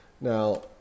now